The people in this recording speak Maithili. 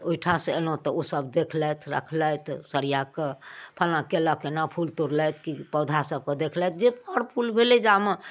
तऽ ओहिठामसँ अयलहुँ तऽ ओ सब देखलथि रखलथि सरियाके फलना कयलक एना फूल तोड़लथि कि पौधा सबके देखलथि जे फड़ फुल भेलै जामे